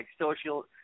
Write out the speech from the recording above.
social